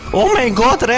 oh my god, right